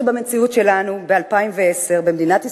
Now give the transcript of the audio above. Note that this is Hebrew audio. עצוב שבמציאות שלנו ב-2010, במדינת ישראל,